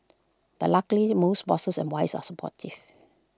but luckily most bosses and wives are supportive